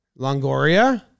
Longoria